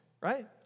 right